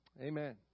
Amen